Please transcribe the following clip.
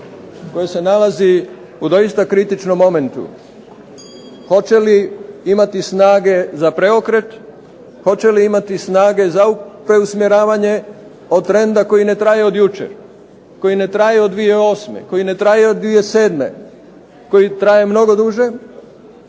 koje se nalazi u doista kritičnom momentu hoće li imati snage za preokret, hoće li imati snage za preusmjeravanje od trenda koji ne traje od jučer, koji ne traje od 2008., koji ne traje od 2007., koji traje mnogo duže